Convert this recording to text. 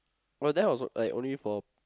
but that was I only for